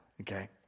Okay